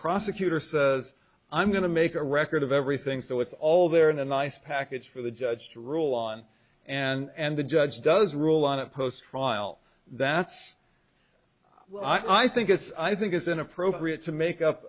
prosecutor says i'm going to make a record of everything so it's all there in a nice package for the judge to rule on and the judge does rule on a post trial that's well i think it's i think it's inappropriate to make up